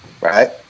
right